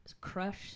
crush